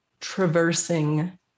traversing